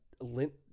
lint